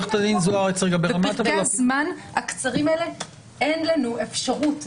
בפרקי הזמן הקצרים האלה אין לנו אפשרות,